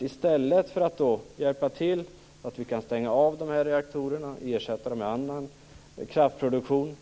I stället för att hjälpa till så att de här reaktorerna kan stängas av och ersättas med annan och bättre kraftproduktion